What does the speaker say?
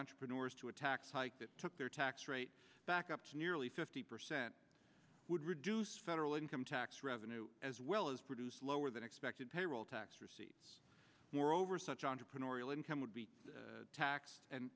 entrepreneurs to a tax hike that took their tax rate back up to nearly fifty percent would reduce federal income tax revenue as well as produce lower than expected payroll tax receipts moreover such entrepreneurial income would be taxed and